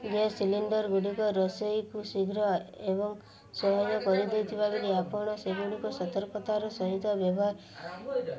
gas ସିଲିଣ୍ଡରଗୁଡ଼ିକ ରୋଷେଇକୁ ଶୀଘ୍ର ଏବଂ ସହାୟ କରିଦେଇଥିବା ବୋଲି ଆପଣ ସେଗୁଡ଼ିକ ସତର୍କତାର ସହିତ ବ୍ୟବହାର